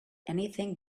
anything